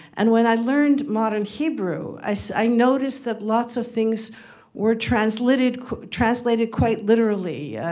and when i learned modern hebrew, i so i noticed that lots of things were translated translated quite literally.